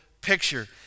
picture